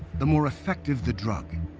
the more effective the drug.